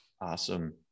Awesome